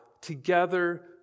together